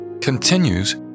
continues